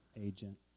agent